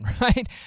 right